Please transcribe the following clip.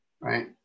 right